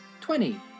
Twenty